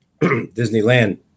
Disneyland